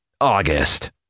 August